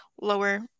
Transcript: lower